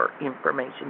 information